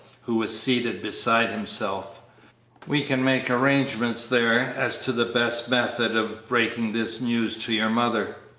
who was seated beside himself we can make arrangements there as to the best method of breaking this news to your mother.